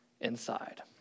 inside